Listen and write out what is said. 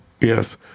Yes